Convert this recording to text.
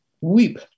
weep